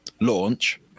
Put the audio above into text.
launch